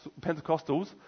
Pentecostals